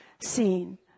seen